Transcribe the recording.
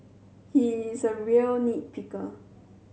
he is a real nit picker